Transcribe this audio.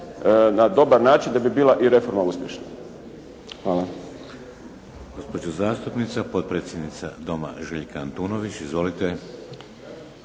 na dobar način da bi bila i reforma uspješna. Hvala.